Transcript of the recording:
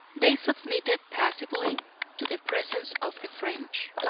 they submitted passively to the presence of the french.